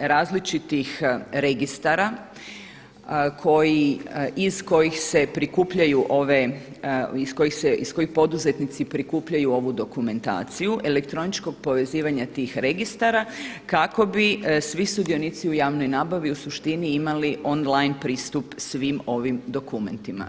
različitih registara iz kojih se prikupljaju ove, iz kojih poduzetnici prikupljaju ovu dokumentaciju elektroničkog povezivanja tih registara kako bi svi sudionici u javnoj nabavi u suštini imali on line pristup svim ovim dokumentima.